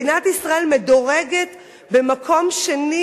מדינת ישראל מדורגת במקום שני,